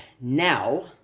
Now